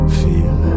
feel